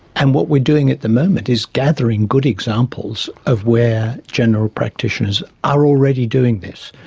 and what we're doing at the moment is gathering good examples of where general practitioners are already doing this.